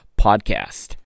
Podcast